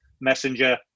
Messenger